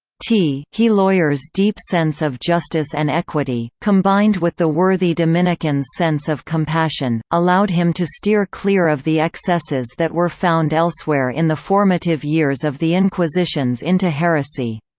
t he lawyer's deep sense of justice and equity, combined with the worthy dominican's sense of compassion, allowed him to steer clear of the excesses that were found elsewhere in the formative years of the inquisitions into heresy.